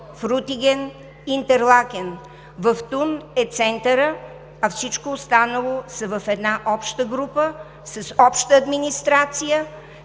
Фрутиген, Интерлакен. В Тун е центърът, а всичко останало са в една обща група, с обща администрация.